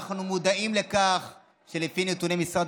אנחנו מודעים לכך שלפי נתוני משרד